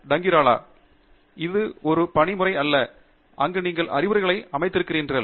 டங்கிராலா இது ஒரு பணி முறை அல்ல அங்கு நீங்கள் அறிவுரைகளை அமைத்திருக்கிறீர்கள்